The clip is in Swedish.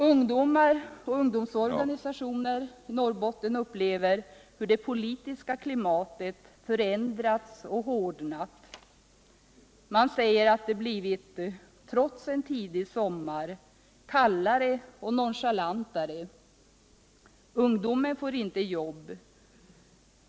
Ungdomar och ungdomsorganisationer i Norrbotten upplever hur det politiska klimatet förändrats och hårdnat. Man säger att det trots en tidig sommar blivit kallare och nonchalantare. Ungdomen får inte jobb.